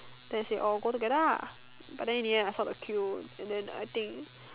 then I say orh go together lah but then in the end I feel the queue and then I think